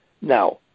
Now